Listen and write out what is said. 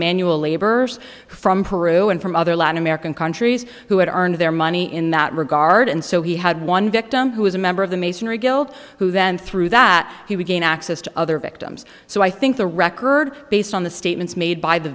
manual laborers from peru and from other latin american countries who had earned their money in that regard and so he had one victim who was a member of the masonry guild who then threw that he would gain access to other victims so i think the record based on the statements made by the